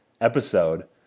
episode